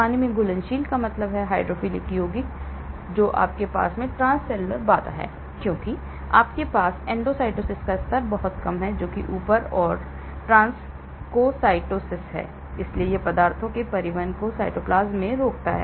पानी में घुलनशील का मतलब हाइड्रोफिलिक यौगिक है तो आपके पास ट्रांससेल्यूलर बाधा है क्योंकि आपके पास एंडोसाइटोसिस का स्तर बहुत कम है जो कि ऊपर और ट्रांसकोसाइटोसिस है इसलिए यह पदार्थों के परिवहन को साइटोप्लाज्म में रोकता है